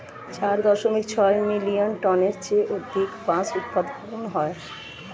চার দশমিক ছয় মিলিয়ন টনের চেয়ে অধিক বাঁশ উৎপাদন হয়